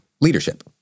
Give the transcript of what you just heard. leadership